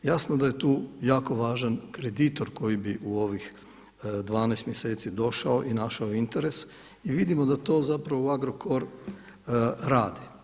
Jasno da je tu jako važan kreditor koji bi u ovih 12 mjeseci došao i našao interes i vidimo da to zapravo Agrokor radi.